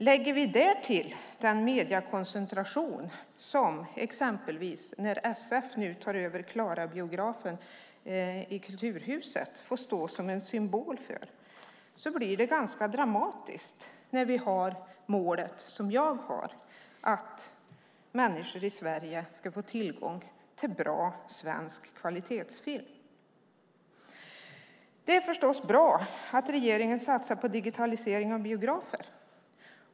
Om vi därtill lägger den mediekoncentration som exempelvis SF:s övertagande Klarabiografen i Kulturhuset nu får stå som en symbol för blir det ganska dramatiskt när vi har det mål som jag har: att människor i Sverige ska få tillgång till bra svensk kvalitetsfilm. Det är förstås bra att regeringen satsar på digitalisering av biografer.